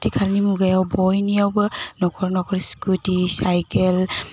आथिखालनि मुगायानि बयनियावबो नख'र नख'र स्कुटि साइकेल